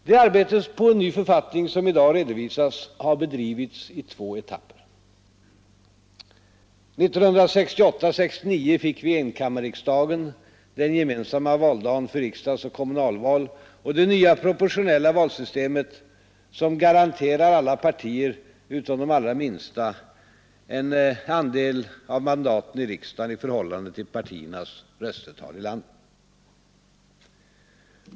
Det arbete på en ny författning som i dag redovisas har bedrivits i två etapper. 1968—1969 fick vi enkammarriksdagen, den gemensamma valdagen för riksdagsoch kommunalval och det nya proportionella valsystemet, som garanterar alla partier utom de allra minsta en andel av mandaten i riksdagen i förhållande till partiernas röstetal i landet.